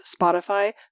Spotify